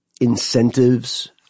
incentives